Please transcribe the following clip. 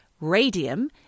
radium